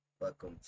welcome